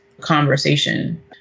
conversation